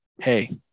hey